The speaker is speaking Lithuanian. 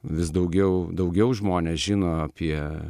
vis daugiau daugiau žmonės žino apie